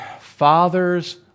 Fathers